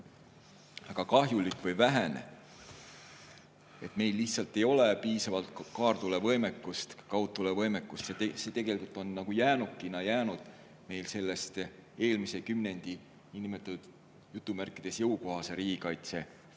väga kahjulik või vähene. Meil lihtsalt ei ole piisavalt kaartulevõimekust, kaudtulevõimekust. See tegelikult on nagu jäänukina jäänud meil eelmise kümnendi niinimetatud "jõukohase riigikaitse"